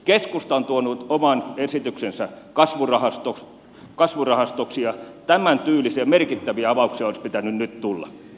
keskusta on tuonut oman esityksensä kasvurahastoksi ja tämäntyylisiä merkittäviä avauksia olisi pitänyt nyt tulla